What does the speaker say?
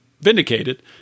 vindicated